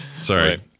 sorry